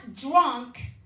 drunk